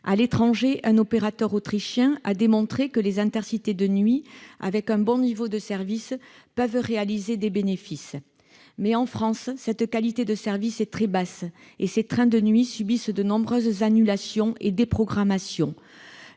À l'étranger, un opérateur autrichien a démontré que les Intercités de nuit, avec un bon niveau de service, peuvent réaliser des bénéfices. Pourtant, en France, cette qualité de service est très basse, et ces trains de nuit subissent de nombreuses annulations et déprogrammations.